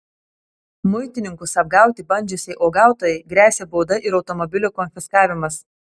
muitininkus apgauti bandžiusiai uogautojai gresia bauda ir automobilio konfiskavimas